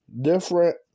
different